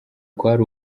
kwari